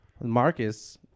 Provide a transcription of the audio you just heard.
Marcus